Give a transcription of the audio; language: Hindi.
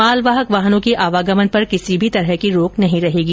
मालवाहक वाहनों के आवागमन पर किसी भी तरह का प्रतिबंध नहीं रहेगा